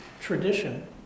Tradition